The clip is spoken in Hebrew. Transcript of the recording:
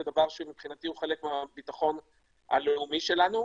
זה לדעתי חלק מן הביטחון הלאומי שלנו.